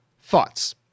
thoughts